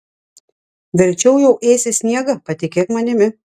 verčiau jau ėsi sniegą patikėk manimi